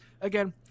again